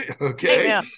okay